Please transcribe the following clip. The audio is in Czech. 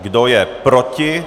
Kdo je proti?